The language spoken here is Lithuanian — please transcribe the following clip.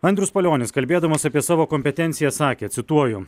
andrius palionis kalbėdamas apie savo kompetenciją sakė cituoju